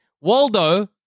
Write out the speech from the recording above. Waldo